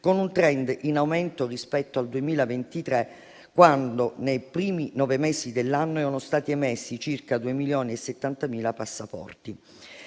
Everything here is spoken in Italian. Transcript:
con un *trend* in aumento rispetto al 2023, quando, nei primi nove mesi dell'anno, ne erano stati emessi circa 2,07 milioni. In relazione